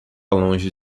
longe